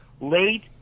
late